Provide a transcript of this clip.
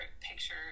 picture